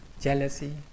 Jealousy